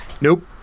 nope